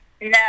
No